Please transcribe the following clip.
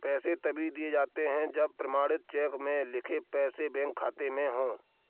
पैसे तभी दिए जाते है जब प्रमाणित चेक में लिखे पैसे बैंक खाते में हो